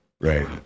right